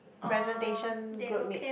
presentation group mate